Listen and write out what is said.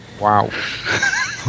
Wow